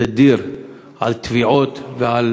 תדיר על טביעות ועל